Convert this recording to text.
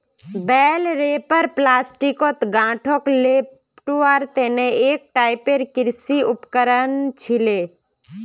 बेल wrapper प्लास्टिकत गांठक लेपटवार तने एक टाइपेर कृषि उपकरण छिके